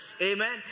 Amen